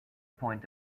point